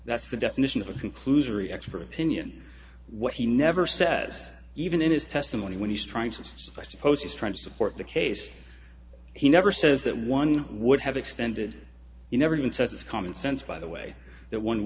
that's the definition of a conclusion or expert opinion what he never says even in his testimony when he's trying to say i suppose he's trying to support the case he never says that one would have extended he never even says it's common sense by the way that one